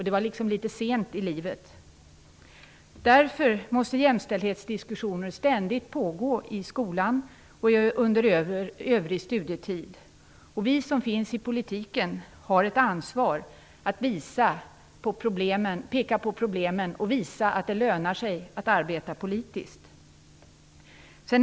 Det var liksom litet sent i livet. Jämställdhetsdiskussioner måste ständigt pågå i skolan och under övrig studietid. Vi som finns i politiken har ett ansvar för att peka på problemen och visa att det lönar sig att arbeta politiskt.